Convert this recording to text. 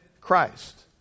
Christ